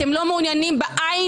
אתם לא מעוניינים בעין